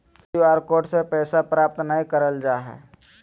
Q R code से पैसा प्राप्त नयय करल जा हइ